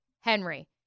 Henry